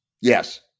Yes